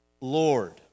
Lord